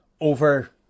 over